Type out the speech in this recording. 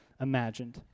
imagined